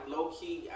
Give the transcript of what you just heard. Low-key